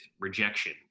rejection